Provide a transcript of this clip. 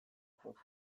pozik